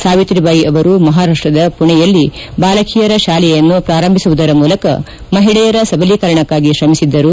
ಸಾವಿತ್ರಿಬಾಯಿ ಅವರು ಮಹಾರಾಷ್ಟದ ಪುಣೆಯಲ್ಲಿ ಬಾಲಕಿಯರ ಶಾಲೆಯನ್ನು ಪ್ರಾರಂಭಿಸುವುದರ ಮೂಲಕ ಮಹಿಳೆಯರ ಸಬಲೀಕರಕ್ಕಾಗಿ ತ್ರಮಿಸಿದ್ದರು